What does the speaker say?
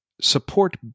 support